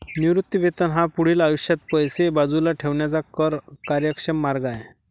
निवृत्ती वेतन हा पुढील आयुष्यात पैसे बाजूला ठेवण्याचा कर कार्यक्षम मार्ग आहे